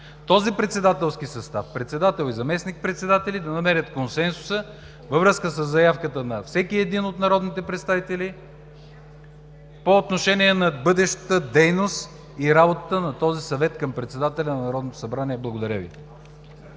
този председателски състав – председател и заместник-председатели, да намерят консенсуса във връзка със заявката на всеки един от народните представители по отношение на бъдещата дейност и работата на този Съвет към председателя на Народното събрание. Благодаря Ви.